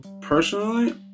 personally